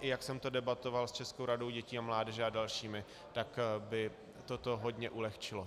i jak jsem to debatoval s Českou radou dětí a mládeže a dalšími, tak by toto hodně ulehčilo.